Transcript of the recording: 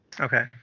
Okay